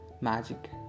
magic